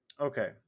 Okay